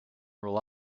rely